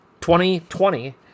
2020